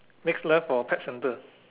next left for pet centre